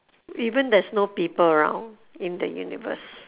even there's no people around in the universe